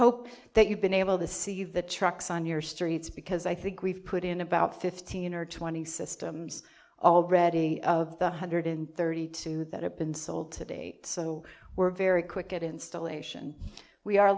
hope that you've been able to see the trucks on your streets because i think we've put in about fifteen or twenty systems already of the hundred and thirty two that have been sold to date so we're very quick at installation we